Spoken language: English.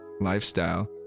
lifestyle